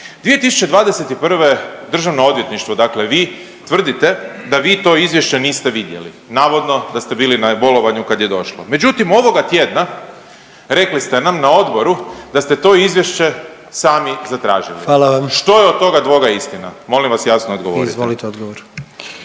2021. Državno odvjetništvo, dakle vi tvrdite da vi to izvješće niste vidjeli navodno da ste bili na bolovanju kad je došlo. Međutim, ovoga tjedna rekli ste nam na odboru da ste to izvješće sami zatražili. …/Upadica: Hvala vam./… Što je od toga dvoga istina, molim vas jasno odgovorite. **Jandroković,